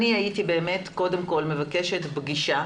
הייתי באמת קודם כול מבקשת פגישת